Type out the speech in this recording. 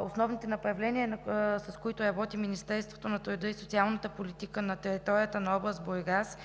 основните направления, с които работи Министерството на труда и социалната политика на територията на област Бургас.